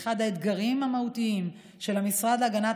ואחד האתגרים המהותיים של המשרד להגנת